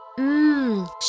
Mmm